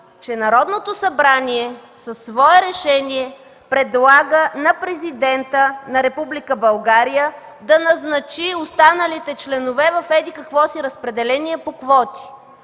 че Народното събрание със свое решение предлага на президента на Република България да назначи останалите членове в еди-какво си разпределение по квоти.